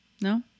No